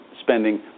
spending